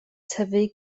tyfu